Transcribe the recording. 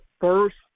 first